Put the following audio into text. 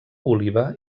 oliva